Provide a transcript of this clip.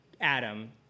Adam